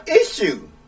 issue